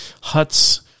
huts